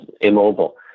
immobile